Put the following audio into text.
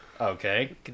okay